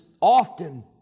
often